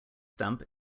stamp